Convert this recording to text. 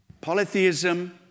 polytheism